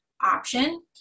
option